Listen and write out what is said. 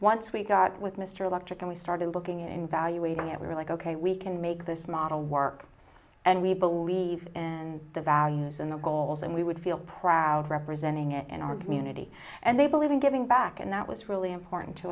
once we got with mr electric and we started looking in value eating it we were like ok we can make this model work and we believe in the values and the goals and we would feel proud representing it in our community and they believe in giving back and that was really important to